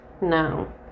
No